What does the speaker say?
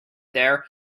there